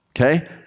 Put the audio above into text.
Okay